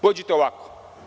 Pođite ovako.